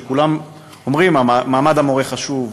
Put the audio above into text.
שכולם אומרים: מעמד המורה חשוב,